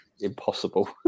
impossible